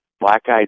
black-eyed